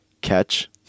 catch